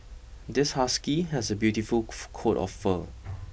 this husky has a beautiful coat of fur